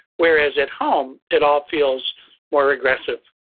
whereas at home, it all feels more aggressive.